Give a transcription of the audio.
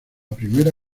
primera